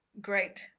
great